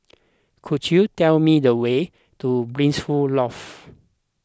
could you tell me the way to Blissful Loft